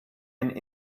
and